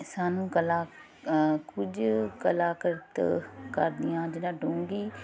ਸਾਨੂੰ ਕਲਾ ਕੁਝ ਕਲਾਕਰ ਕਰਦੀਆਂ ਜਿਹੜਾ ਡੂੰਘੀ